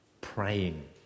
praying